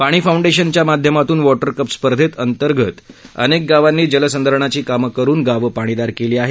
पाणी फाउंडेशन च्या माध्यमातून वॉटर कप स्पर्धेत अंतर्गत अनेक गावांनी जलसंधारणाची कामे करून गावे पाणीदार केली आहेत